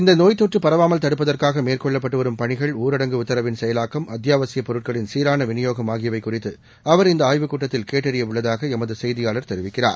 இந்தநோய் தொற்றுபரவாமல் தடுப்பதற்காகமேற்கொள்ளப்பட்டுவரும் பணிகள் ஊரடங்கு உத்தரவின் செயலாக்கம் அத்தியாவசியப் பொருட்களின் சீரானவிநியோகம் ஆகியவைகுறித்துஅவர் இந்தஆய்வுக் கூட்டத்தில் கேட்டறியஉள்ளதாகஎமதுசெய்தியாளர் தெரிவிக்கிறார்